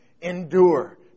Endure